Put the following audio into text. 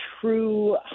true